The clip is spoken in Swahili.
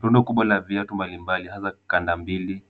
Rundo kubwa la viatu mbalimbali hasa kanda mbili